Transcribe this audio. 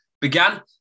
began